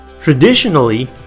Traditionally